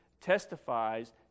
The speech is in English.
testifies